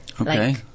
Okay